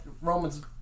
Roman's